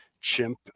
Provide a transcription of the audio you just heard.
chimp